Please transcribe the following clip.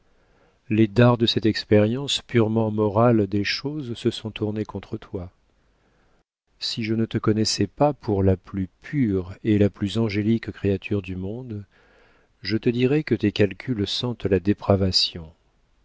les dards de cette expérience purement morale des choses se sont tournés contre toi si je ne te connaissais pas pour la plus pure et la plus angélique créature du monde je te dirais que tes calculs sentent la dépravation